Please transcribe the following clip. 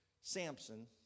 Samson